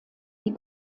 die